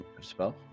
spell